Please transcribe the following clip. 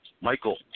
Michael